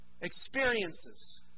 experiences